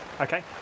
Okay